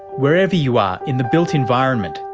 wherever you are in the built environment,